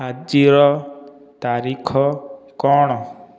ଆଜିର ତାରିଖ କ'ଣ